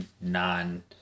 non